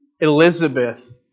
Elizabeth